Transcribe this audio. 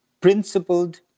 principled